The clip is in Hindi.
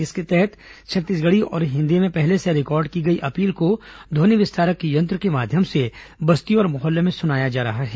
इसके तहत छत्तीसगढ़ी और हिन्दी में पहले से रिकॉर्ड की गई अपील को ध्वनि विस्तारक यंत्र को माध्यम से बस्तियों और मोहल्लों में सुनाया जा रहा है